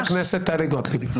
חברת הכנסת טלי גוטליב.